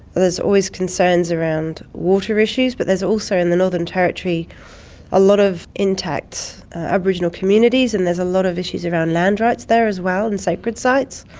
there's always concerns around water issues but there's also in the northern territory a lot of impacts on aboriginal communities, and there's a lot of issues around land rights there as well and sacred sites,